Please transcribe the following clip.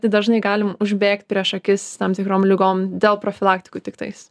tai dažnai galim užbėgt prieš akis tam tikrom ligom dėl profilaktikų tiktais